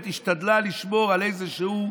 היא השתדלה לשמור על איזושהי עמימות.